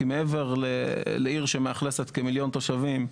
כי מעבר לעיר שמאכלסת כמיליון תושבים,